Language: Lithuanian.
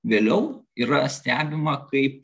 vėliau yra stebima kaip